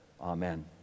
Amen